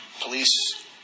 Police